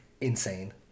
Insane